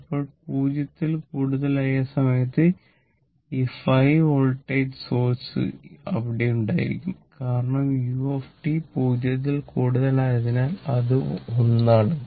ഇപ്പോൾ 0 യിൽ കൂടുതലായി ആ സമയത്ത് ഈ 5 വോൾട്ടേജ് സോഴ്സ് അവിടെ ഉണ്ടായിരിക്കും കാരണം u 0 ൽ കൂടുതലായാൽ അത് 1 ആണ്